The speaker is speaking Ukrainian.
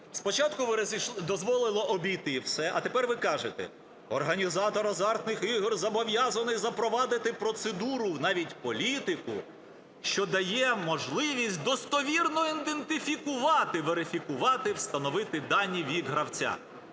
Спочатку ви дозволили обійти все, а тепер ви кажете: "Організатор азартних ігор зобов’язаний запровадити процедуру, навіть політику, що дає можливість достовірно ідентифікувати (верифікувати), встановити дані, вік гравця".